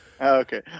okay